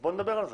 בואו נדבר על זה.